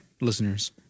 listeners